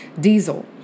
diesel